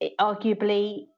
Arguably